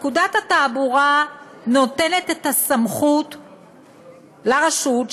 פקודת התעבורה נותנת את הסמכות לרשות,